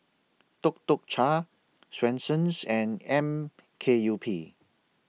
Tuk Tuk Cha Swensens and M K U P